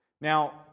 Now